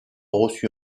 reçu